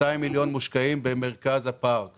200 מיליון מושקעים במרכז הפארק